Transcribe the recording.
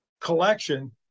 collection